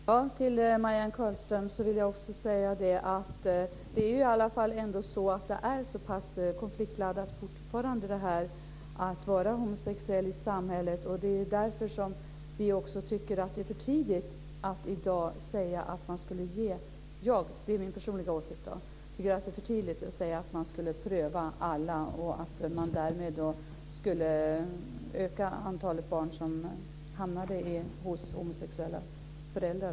Herr talman! Till Marianne Carlström vill jag också säga att det är ändå fortfarande konfliktladdat i samhället att vara homosexuell. Det är därför som jag tycker - det är min personliga åsikt - att det i dag är för tidigt att säga att man ska pröva alla och därmed öka antalet barn som skulle hamna hos homosexuella föräldrar.